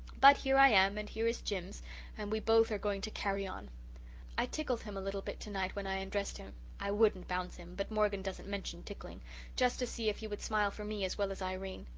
but here i am and here is jims and we both are going to carry on i tickled him a little bit tonight when i undressed him i wouldn't bounce him but morgan doesn't mention tickling just to see if he would smile for me as well as irene.